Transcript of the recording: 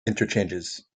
interchanges